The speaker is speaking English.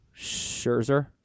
Scherzer